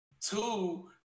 Two